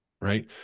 Right